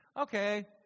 Okay